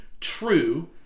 true